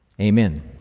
Amen